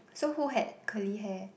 so who had curly hair